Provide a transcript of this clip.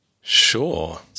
Sure